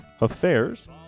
Affairs